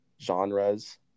genres